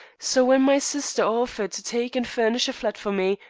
so when my sister offered to take and furnish a flat for me,